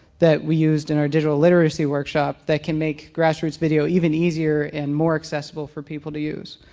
that we used in our digital literacy workshop, that can make grassroots video even easier and more accessible for people to use.